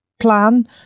plan